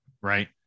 right